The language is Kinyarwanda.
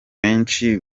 benshi